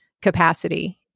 capacity